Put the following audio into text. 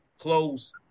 close